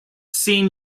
scene